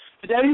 Today